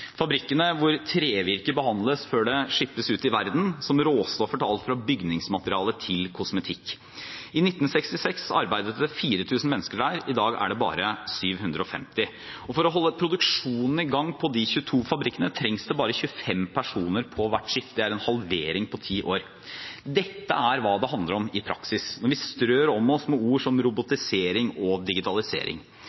fabrikkene Borregaard har ved sitt anlegg i Sarpsborg – fabrikker hvor trevirke behandles før det shippes ut i verden som råstoff til alt fra bygningsmateriale til kosmetikk. I 1966 arbeidet det 4 000 mennesker der. I dag er det bare 750. For å holde produksjonen i gang på de 22 fabrikkene trengs det bare 25 personer på hvert skift. Det er en halvering på ti år. Dette er hva det handler om i praksis når vi strør om oss med ord som